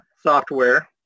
Software